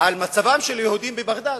על מצבם של יהודים בבגדד,